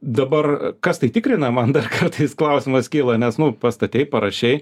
dabar kas tai tikrina man dar kartais klausimas kyla nes nu pastatei parašei